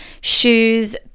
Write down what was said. shoes